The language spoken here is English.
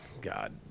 God